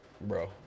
bro